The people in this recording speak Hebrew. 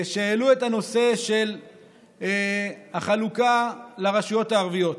שהעלו את הנושא של החלוקה לרשויות הערביות.